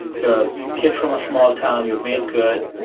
you're a kid from a small town. you've made good.